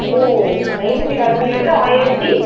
ஓ scientific calculator ஆயிரத்து